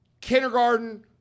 kindergarten